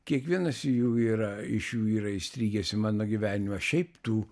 kiekvienas jų yra iš jų yra įstrigęs į mano gyvenimą šiaip tų